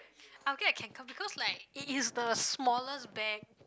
I will get a Kanken because like it is the smallest bag